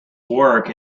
work